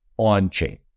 on-chain